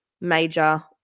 major